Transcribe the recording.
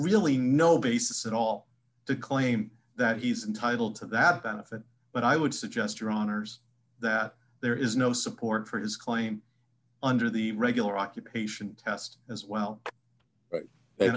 really no basis at all to claim that he's entitled to that benefit but i would suggest your honour's that there is no support for his claim under the regular occupation test as well